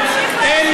איך אתה מעז?